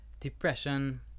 depression